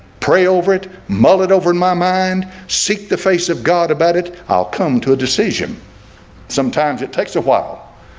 pray over it mull it over in my mind seek the face of god about it. i'll come to a decision sometimes it takes a while.